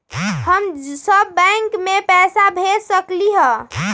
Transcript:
हम सब बैंक में पैसा भेज सकली ह?